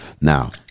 Now